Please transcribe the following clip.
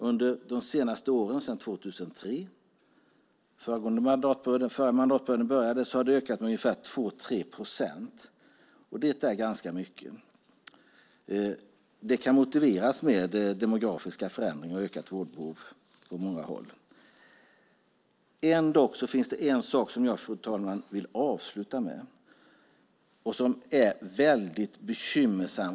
Under de senaste åren, sedan den förra mandatperioden började, har det ökat med ungefär 2-3 procent, och det är ganska mycket. Det kan motiveras med demografiska förändringar och ökat vårdbehov på många håll. Det finns ändå en sak som jag, fru talman, vill avsluta med och som är väldigt bekymmersam.